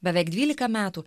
beveik dvylika metų